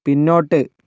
പിന്നോട്ട്